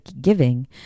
giving